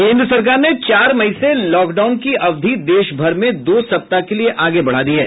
केन्द्र सरकार ने चार मई से लॉकडाउन की अवधि देशभर में दो सप्ताह के लिए आगे बढ़ा दी है